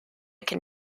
can